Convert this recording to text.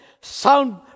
sound